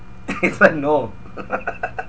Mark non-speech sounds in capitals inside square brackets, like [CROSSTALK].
[LAUGHS] is a no [LAUGHS]